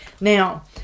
Now